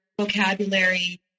vocabulary